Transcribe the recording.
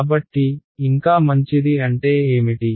కాబట్టి ఇంకా మంచిది అంటే ఏమిటి